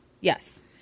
Yes